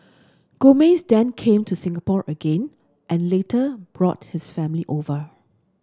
Gomez then came to Singapore again and later brought his family over